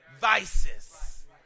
vices